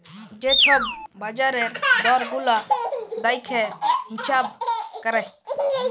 যে ছব বাজারের দর গুলা দ্যাইখে হিঁছাব ক্যরে